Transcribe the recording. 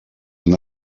han